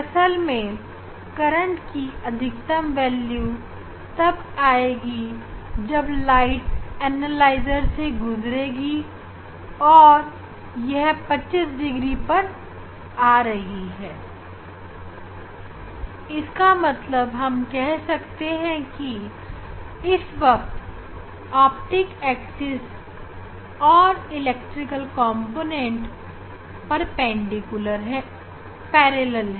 असल मैं करंट की अधिकतम वेल्यू तब आएगी जब प्रकाश एनालाइजर से गुजरेगी और यह 25 डिग्री पर आ रही है इसका मतलब हम कह सकते हैं कि इस वक्त एनालाइजर की ऑप्टिक एक्सिस इलेक्ट्रिक कॉम्पोनेंट के समांतर है